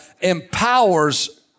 empowers